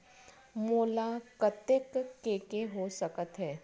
मोला कतेक के के हो सकत हे?